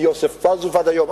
מיוספוס פלביוס ועד היום,